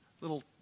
little